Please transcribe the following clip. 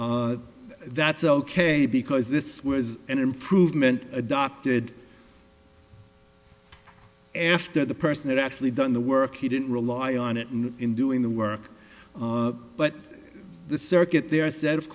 that's ok because this was an improvement adopted after the person that actually done the work he didn't rely on it and in doing the work but the circuit there s